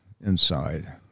inside